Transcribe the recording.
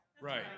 Right